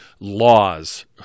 laws